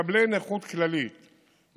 מקבלי נכות כללית,265,000,